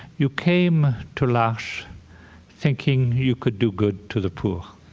you came to l'arche thinking you could do good to the poor,